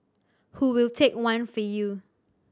who will take one for you